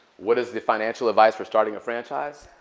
what is the financial advice for starting a franchise?